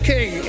King